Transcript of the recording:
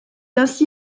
ainsi